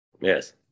Yes